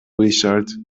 richard